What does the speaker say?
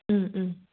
उम उम